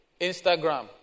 Instagram